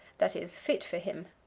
that is, fit for him.